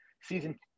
season